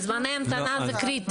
זמני המתנה זה קריטי.